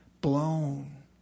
blown